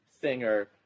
Singer